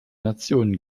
nationen